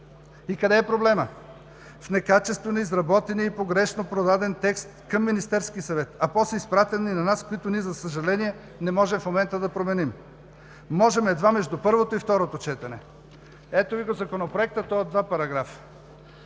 И къде е проблемът? В некачествено изработения и погрешно подаден текст към Министерския съвет, а после изпратен и на нас, които ние, за съжаление, не можем в момента да променим. Можем едва между първото и второто четене. Ето Ви Законопроекта (показва